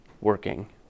working